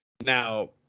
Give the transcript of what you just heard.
now